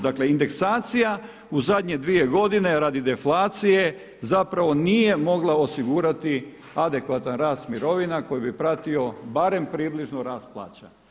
Dakle, indeksacija u zadnje dvije godine radi deflacije zapravo nije mogla osigurati adekvatan rast mirovina koji bi pratio barem približno rast plaća.